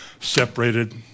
separated